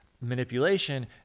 Manipulation